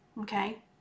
okay